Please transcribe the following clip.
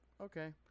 okay